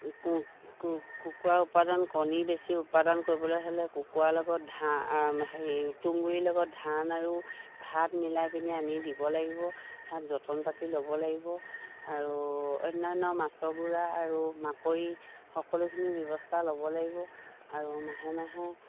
কুকুাৰ উৎপাদন কণী বেছি উৎপাদন কৰিবলৈ হ'লে কুকুৰাৰ লগত হেৰি তুঁহগুৰিৰ লগত ধান আৰু ভাত মিলাই পিনি আমি দিব লাগিব সিহঁত যতন পাতি ল'ব লাগিব আৰু অন্যান্য মাছৰ গুড়া আৰু মাকৈ সকলোখিনি ব্যৱস্থা ল'ব লাগিব আৰু মাহে মাহে